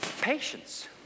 patience